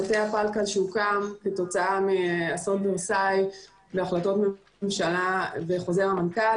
מטה הפלקל שהוקם כתוצאה מאסון ורסאי מהחלטות ממשלה וחוזר מנכ"ל,